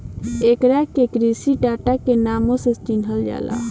एकरा के कृषि डाटा के नामो से चिनहल जाला